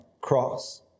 cross